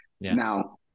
now